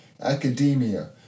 academia